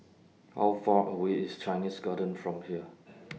How Far away IS Chinese Garden from here